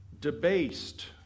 debased